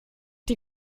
die